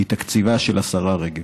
מתקציבה של השרה רגב.